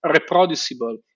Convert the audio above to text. reproducible